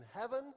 heaven